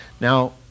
Now